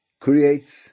creates